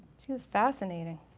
she was fascinating.